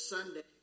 Sunday